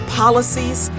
policies